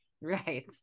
right